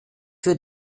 für